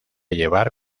llevar